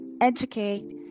educate